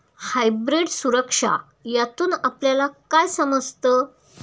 Hybrid सुरक्षा यातून आपल्याला काय समजतं?